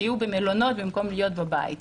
שיהיו במלונות במקום להיות בבית.